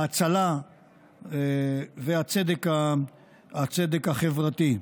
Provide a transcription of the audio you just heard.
ההצלה והצדק החברתי.